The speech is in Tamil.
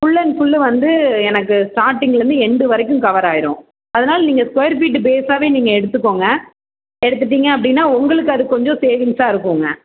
ஃபுல் அண்ட் ஃபுல்லு வந்து எனக்கு ஸ்டார்டிங்லருந்து எண்டு வரைக்கும் கவர் ஆயிரும் அதனால் நீங்கள் ஸ்கொயர் ஃபீட்டு பேஸாகவே நீங்கள் எடுத்துக்கோங்க எடுத்துகிட்டீங்க அப்படின்னா உங்களுக்கு அது கொஞ்சம் சேவிங்ஸாக இருக்கும்ங்க